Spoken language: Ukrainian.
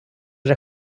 вже